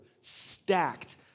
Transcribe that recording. stacked